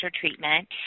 treatment